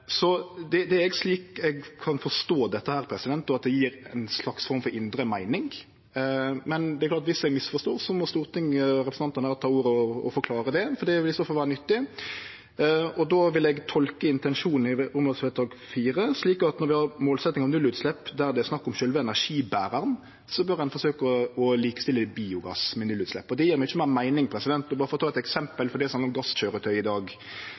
Det er slik eg kan forstå dette, og at det gjev ei slags form for indre meining. Men det er klart at viss eg misforstår, må Stortinget ved representantane ta ordet og forklare det, for det vil i så fall vere nyttig. Då vil eg tolke intensjonen i IV slik at når det gjeld målsetjnga om nullutslepp der det er snakk om sjølve energiberaren, bør ein forsøkje å likestille biogass med nullutslepp. Det gjev mykje meir meining. For å ta eit eksempel: For gasskøyretøy i dag